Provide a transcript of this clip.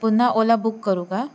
पुन्हा ओला बुक करू का